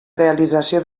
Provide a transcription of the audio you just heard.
realització